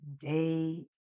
day